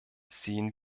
sehen